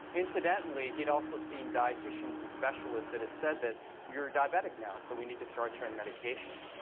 incidentally, he had also seen dietitians and specialists that had said that you're diabetic now, so we need to start you on medication.